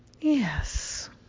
Yes